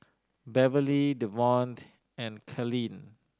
Beverly Devonte and Kalene